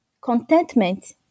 contentment